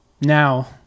Now